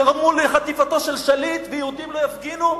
גרמו לחטיפתו של שליט, ויהודים לא יפגינו?